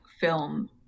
film